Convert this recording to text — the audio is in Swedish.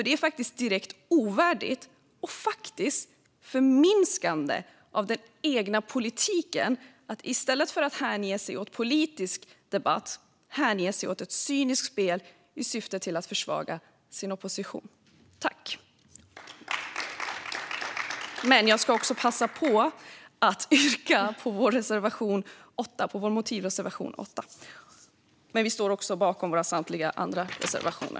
Det är faktiskt direkt ovärdigt och faktiskt ett förminskande av den egna polititiken att i stället för att hänge sig åt politisk debatt hänge sig åt ett cyniskt spel i syfte att försvaga oppositionen. Jag ska passa på att yrka bifall till vår motivreservation, nummer 8. Men vi står även bakom våra andra reservationer.